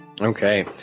Okay